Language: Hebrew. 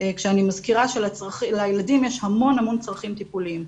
כשאני מזכירה שלילדים יש המון המון צרכים טיפוליים,